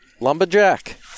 Lumberjack